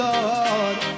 Lord